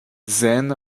then